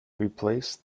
replace